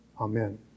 Amen